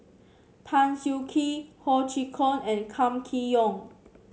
Tan Siah Kwee Ho Chee Kong and Kam Kee Yong